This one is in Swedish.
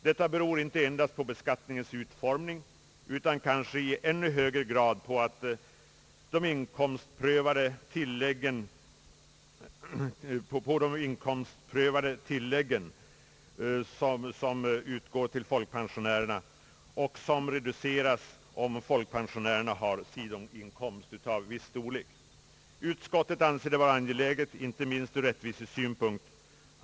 Detta beror inte endast på beskattningens utformning utan kanske i ännu högre grad på de inkomstprövade tilläggen som utgår till folkpensionärerna och som reduceras om folkpensionärerna har sidoinkomster av viss storlek. Utskottet anser det vara angeläget, inte minst ur rättvisesynpunkt,.